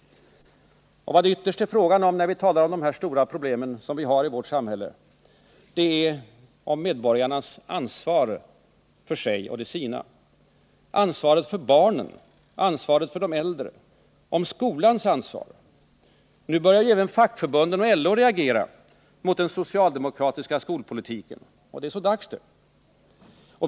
Vad det ytterst är fråga om, när vi talar om de stora problemen i vårt samhälle, är medborgarnas ansvar för sig och de sina, ansvaret för barnen, ansvaret för de äldre samt skolans ansvar. Nu börjar även fackförbunden och LO att reagera mot den socialdemokratiska skolpolitiken, men det är så dags.